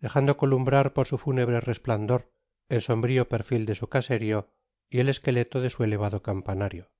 dejando columbrar por su fúnebre resplandor el sombrio perfil de su caserio y el esqueleto de su elevado campanario